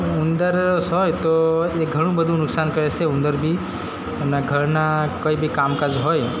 ઉંદર હોય તો એ ઘણું બધુ નુકશાન કરે છે ઉંદર બી અને ઘરના કોઈ બી કામકાજ હોય